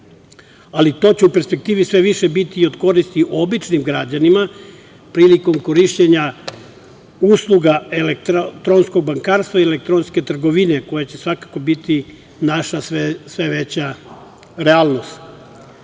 Ali, to će u perspektivi sve više biti od koristi običnim građanima prilikom korišćenja usluga elektronskog bankarstva i elektronske trgovine, koje će svakako biti naša sve veća realnost. Takođe,